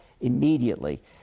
immediately